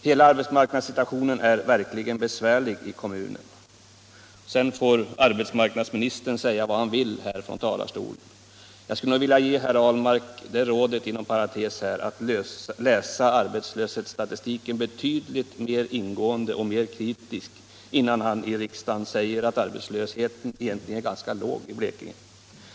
Hela arbetsmarknadssituationen är verkligen besvärlig i kommunen, sedan får arbetsmarknadsministern säga vad han vill från den här talarstolen. Jag skulle nog inom parentes vilja ge herr Ahlmark det rådet att läsa arbetslöshetsstatistiken betydligt mer ingående och mer kritiskt än han tycks ha gjort innan han i riksdagen säger att arbetslösheten egentligen är ganska låg i Blekinge.